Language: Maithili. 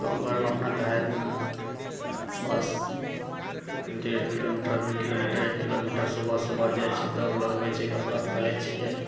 गाँव घरमे अपना दाहैतमे बस डेढ़ किलोमीटर दुइ किलोमीटर एक किलोमीटर सुबह सुबह जाइ छियै दौड़ लगबै छियै कसरत करै छियै